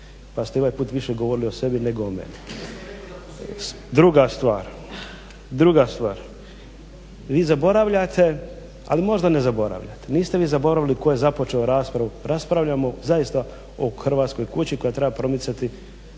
pa ste ovaj put više govorili o sebi nego o meni. Druga stvar vi zaboravljate ali možda ne zaboravljate. Niste vi zaboravili tko je započeo raspravu. Raspravljamo zaista o Hrvatskoj kući koja treba promicati